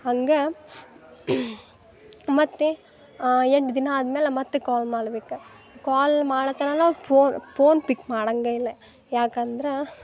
ಹಂಗೆ ಮತ್ತು ಎಂಟು ದಿನ ಆದ್ಮೇಲೆ ಮತ್ತೆ ಕಾಲ್ ಮಾಲ್ಬೇಕು ಕಾಲ್ ಮಾಡತೀನಲ್ಲ ಫೋನ್ ಪಿಕ್ ಮಾಡಂಗೆ ಇಲ್ಲ ಯಾಕಂದ್ರೆ